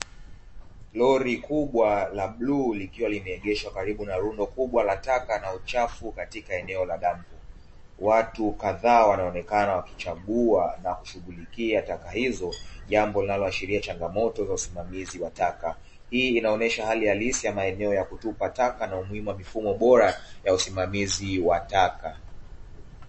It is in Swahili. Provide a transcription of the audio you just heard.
Lori kubwa la bluu likiwa limeegeshwa karibu na lundo kubwa la taka na uchafu katika eneo la dampo, watu kadhaa wanaonekana wakichagua na kishughulikia taka hizo; jambo linaloashiria changamoto za usimamizi wa taka, hii inaonesha hali halisi ya maeneo ya kutupa taka na umuhimu wa mifumo bora ya usimamizi wa taka.